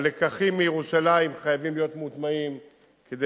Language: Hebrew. הלקחים מירושלים חייבים להיות מוטמעים כדי